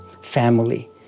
family